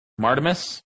Martimus